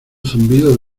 zumbido